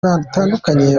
batandukanye